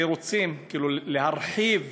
שרוצים להרחיב